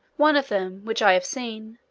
one of them, which i have seen,